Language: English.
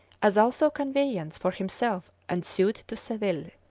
as also conveyance for himself and suite to seville.